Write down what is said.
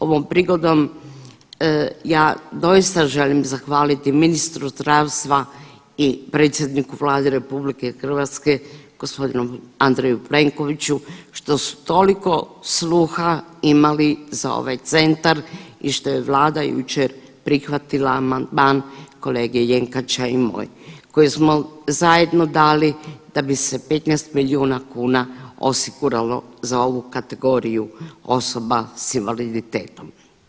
Ovom prigodom ja doista želim zahvaliti ministru zdravstva i predsjedniku Vlade RH gospodinu Andreju Plenkoviću što su toliko sluha imali za ovaj centar i što je vlada jučer prihvatila amandman kolege Jenkača i moj koji smo zajedno dali da bi se 15 milijuna kuna osiguralo za ovu kategoriju osoba s invaliditetom.